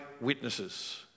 witnesses